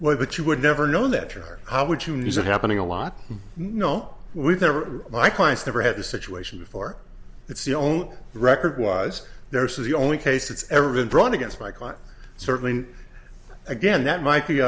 but you would never know that or how would you knew that happening a lot no we've never my clients never had the situation before it's the only record was there so the only case it's ever been brought against my client certainly again that might be